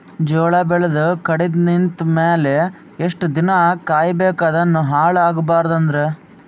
ಜೋಳ ಬೆಳೆದು ಕಡಿತ ನಿಂತ ಮೇಲೆ ಎಷ್ಟು ದಿನ ಕಾಯಿ ಬೇಕು ಅದನ್ನು ಹಾಳು ಆಗಬಾರದು ಅಂದ್ರ?